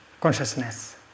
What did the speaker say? consciousness